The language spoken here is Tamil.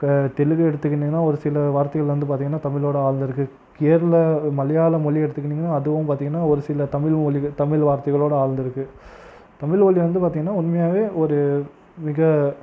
க தெலுங்கு எடுத்துக்கின்னீங்கன்னா ஒரு சில வார்த்தைகள் வந்து பார்த்தீங்கன்னா தமிழோட ஆழ்ந்துருக்கு கேரள மலையாள மொழி எடுத்துக்கின்னீங்கன்னா அதுவும் பார்த்தீங்கன்னா ஒரு சில தமிழ்மொழிகள் தமிழ் வார்த்தைகளோட ஆழ்ந்துருக்கு தமிழ்மொழி வந்து பார்த்தீங்கன்னா உண்மையாகவே ஒரு மிக